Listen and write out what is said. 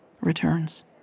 returns